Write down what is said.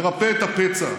לרפא את הפצע,